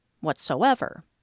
whatsoever